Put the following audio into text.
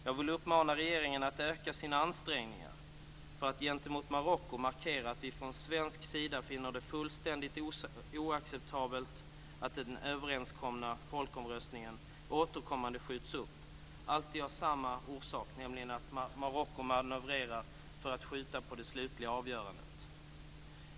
Jag vill uppmana regeringen att öka sina ansträngningar för att gentemot Marocko markera att vi från svensk sida finner det fullständigt oacceptabelt att den överenskomna folkomröstningen återkommande skjuts upp, alltid av samma orsak, nämligen att Marocko manövrerar för att skjuta på det slutliga avgörandet.